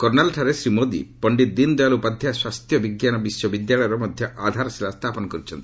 କର୍ଷାଲ୍ଠାରେ ଶ୍ରୀ ମୋଦି ପଣ୍ଡିତ ଦୀନ୍ ଦୟାଲ୍ ଉପାଧ୍ୟାୟ ସ୍ୱାସ୍ଥ୍ୟ ବିଜ୍ଞାନ ବିଶ୍ୱବିଦ୍ୟାଳୟର ମଧ୍ୟ ଆଧାର ଶିଳା ସ୍ଥାପନ କରିଛନ୍ତି